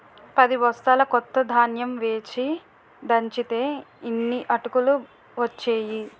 పదిబొస్తాల కొత్త ధాన్యం వేచి దంచితే యిన్ని అటుకులు ఒచ్చేయి